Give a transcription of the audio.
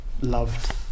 loved